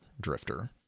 drifter